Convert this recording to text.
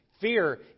Fear